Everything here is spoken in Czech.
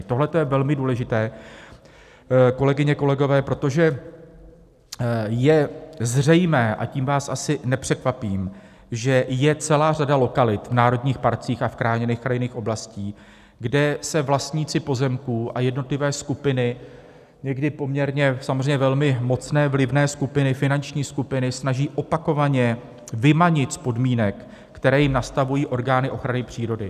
Tohle je velmi důležité, kolegyně, kolegové, protože je zřejmé, a tím vás asi nepřekvapím, že je celá řada lokalit v národních parcích a v chráněných krajinných oblastech, kde se vlastníci pozemků a jednotlivé skupiny, někdy poměrně samozřejmě velmi mocné, vlivné skupiny, finanční skupiny, snaží opakovaně vymanit z podmínek, které jim nastavují orgány ochrany přírody.